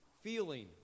feeling